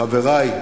חברי,